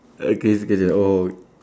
ah crazy coincidence oh